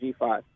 G5